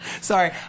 Sorry